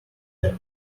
debt